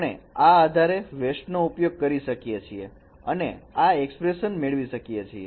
આપણે આ આધારે વેસ્ટનો ઉપયોગ કરી શકીએ છીએ અને આ એક્સપ્રેશન્સ મેળવી શકીએ છીએ